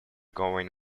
going